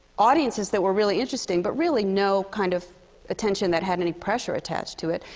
audiences that were really interesting. but really, no kind of attention that had any pressure attached to it.